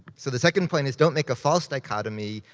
so the second point is, don't make a false dichotomy.